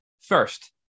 First